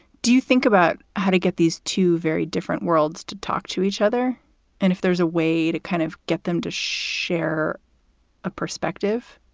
do you think about how to get these two very different worlds to talk to each other and if there's a way to kind of get them to share a perspective?